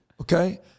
Okay